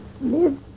live